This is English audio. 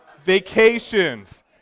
Vacations